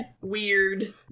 weird